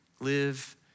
live